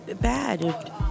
bad